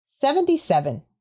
Seventy-seven